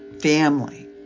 family